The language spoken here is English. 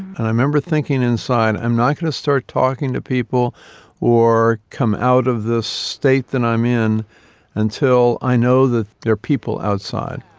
and i remember thinking inside, i'm not going to start talking to people or come out of this state that i'm in until i know that there are people outside,